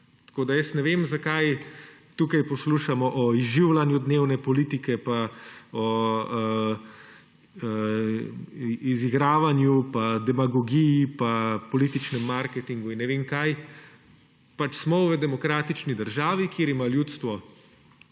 Tako da ne vem, zakaj tukaj poslušamo o izživljanju dnevne politike, pa o izigravanju, pa demagogiji, pa političnem marketingu in ne vem, čem. Smo v demokratični državi, kjer ima ljudstvo